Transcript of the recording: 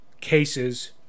cases